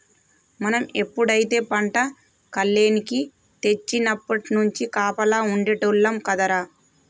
మనం ఎప్పుడైతే పంట కల్లేనికి తెచ్చినప్పట్నుంచి కాపలా ఉండేటోల్లం కదరా